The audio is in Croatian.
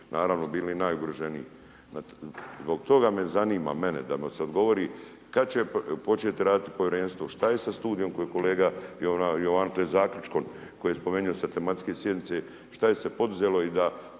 naravno, bili, najugroženiji. Zbog toga me zanima, mene da mi se odgovori kada će početi raditi Povjerenstvo, šta je sa Studiom koji kolega, zaključkom, koji je spomenuo sa tematske sjednice, šta je se poduzelo i da